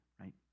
right